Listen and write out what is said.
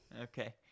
okay